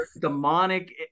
Demonic